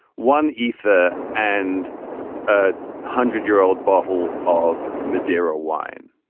one isa and a hundred year old bottle of madeira wine.